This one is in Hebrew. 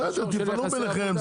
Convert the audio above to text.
בסדר תפעלו ביניכם,